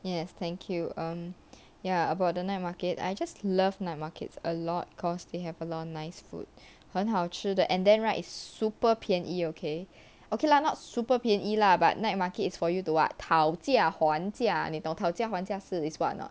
yes thank you um ya about the night market I just love night markets a lot cause they have a lot of nice food 很好吃的 and then right it's super 便宜 okay okay lah not super 便宜 lah but night markets for you to what 讨价还价你懂讨价还价是 is what or not